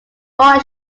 all